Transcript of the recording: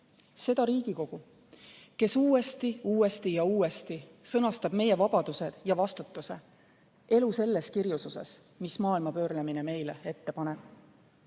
Riigikogu, kes uuesti, uuesti ja uuesti sõnastab meie vabadused ja vastutuse elu selles kirjususes, mis maailma pöörlemine meile ette paneb.